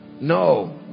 No